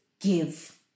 give